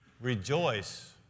Rejoice